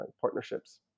partnerships